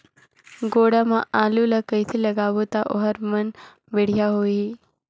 गोडा मा आलू ला कइसे लगाबो ता ओहार मान बेडिया होही?